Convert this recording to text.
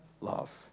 love